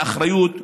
באחריות ובמסירות,